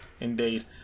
Indeed